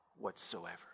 whatsoever